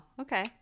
okay